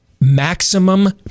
maximum